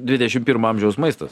dvidešim pirmo amžiaus maistas